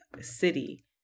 city